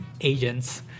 agents